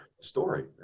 story